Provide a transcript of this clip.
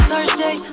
Thursday